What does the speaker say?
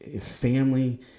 Family